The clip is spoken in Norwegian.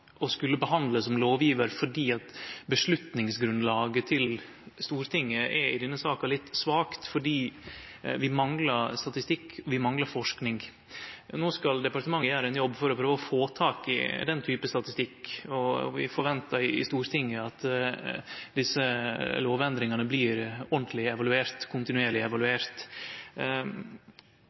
å skulle behandle som lovgjevar. Avgjerdsgrunnlaget til Stortinget er i denne saka litt svakt, for vi manglar statistikk, og vi manglar forsking. No skal departementet gjere ein jobb for å prøve å få tak i den typen statistikk. Vi forventar i Stortinget at disse lovendringane blir ordentleg og kontinuerleg